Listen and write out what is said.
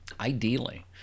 Ideally